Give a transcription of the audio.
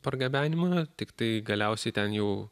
pargabenimą tiktai galiausiai ten jau